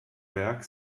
werk